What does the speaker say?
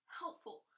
helpful